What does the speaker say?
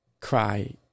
cry